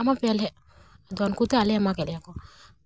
ᱮᱢᱟ ᱯᱮᱭᱟ ᱞᱮᱦᱟᱜ ᱟᱫᱚ ᱩᱱᱠᱩ ᱜᱮ ᱟᱞᱮ ᱮᱢᱟ ᱠᱮᱫ ᱞᱮᱭᱟ ᱠᱚ